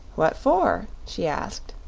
what for? she asked.